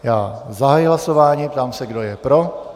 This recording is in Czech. Já zahajuji hlasování, ptám se, kdo je pro.